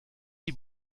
die